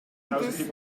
this